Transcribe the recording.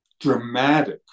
dramatic